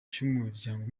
cy’umuryango